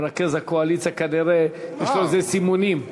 למרכז הקואליציה כנראה יש איזה סימונים.